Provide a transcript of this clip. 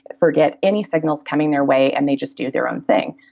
forget any signals coming their way, and they just do their own thing.